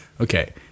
okay